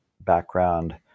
background